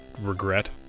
regret